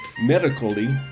medically